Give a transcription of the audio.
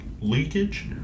leakage